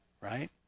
right